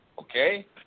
okay